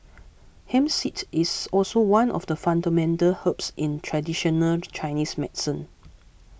hemp seed is also one of the fundamental herbs in traditional Chinese medicine